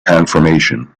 confirmation